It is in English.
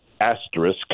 asterisk